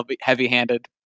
heavy-handed